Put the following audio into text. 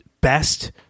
best